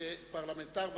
כפרלמנטר ותיק,